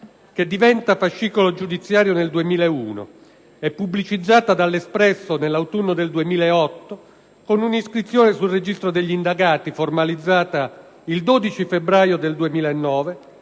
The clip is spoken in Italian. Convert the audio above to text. che diventa fascicolo giudiziario nel 2001, è pubblicizzata da «L'espresso» nell'autunno del 2008, con un'iscrizione nel registro degli indagati formalizzata il 12 febbraio 2009,